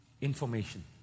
information